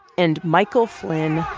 and michael flynn